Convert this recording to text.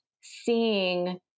seeing